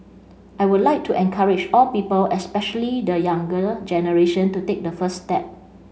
I would like to encourage all people especially the younger generation to take the first step